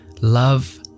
love